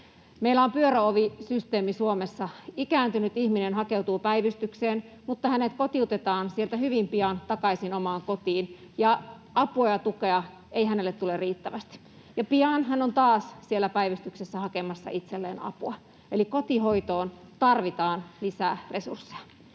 Meillä on pyöröovisysteemi Suomessa: ikääntynyt ihminen hakeutuu päivystykseen, mutta hänet kotiutetaan sieltä hyvin pian takaisin omaan kotiin, ja apua ja tukea ei hänelle tule riittävästi, ja pian hän on taas siellä päivystyksessä hakemassa itselleen apua. Eli kotihoitoon tarvitaan lisää resursseja.